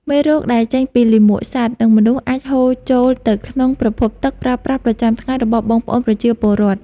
មេរោគដែលចេញពីលាមកសត្វ និងមនុស្សអាចហូរចូលទៅក្នុងប្រភពទឹកប្រើប្រាស់ប្រចាំថ្ងៃរបស់បងប្អូនប្រជាពលរដ្ឋ។